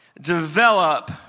develop